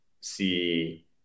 see